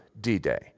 D-Day